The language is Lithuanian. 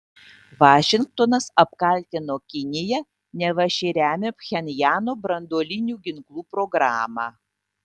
vašingtonas apkaltino kiniją neva ši remia pchenjano branduolinių ginklų programą